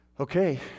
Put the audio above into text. Okay